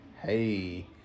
Hey